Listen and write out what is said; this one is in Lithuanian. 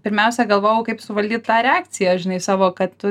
pirmiausia galvojau kaip suvaldyt tą reakciją žinai savo kad